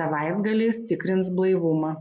savaitgaliais tikrins blaivumą